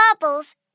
bubbles